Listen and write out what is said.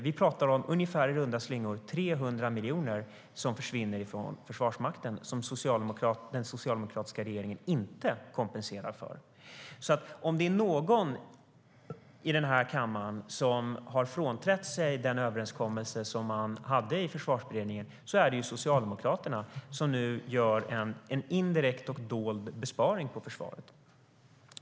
Vi pratar om i runda slängar 300 miljoner som försvinner från Försvarsmakten och som den socialdemokratiska regeringen inte kompenserar för. Om det är någon i den här kammaren som har frånträtt den överenskommelse man hade i Försvarsberedningen är det Socialdemokraterna, som nu gör en indirekt och dold besparing på försvaret.